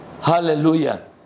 hallelujah